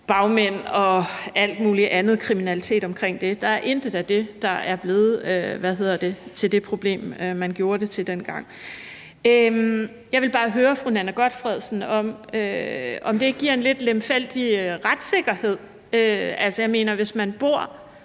bagmænd og al mulig anden kriminalitet omkring det? Der er intet af det, der er blevet til det problem, man gjorde det til dengang. Jeg vil bare høre fru Nanna W. Gotfredsen, om det ikke giver en lidt lemfældig retssikkerhed. Altså, det, jeg mener, er, at hvis